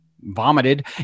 vomited